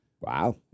Wow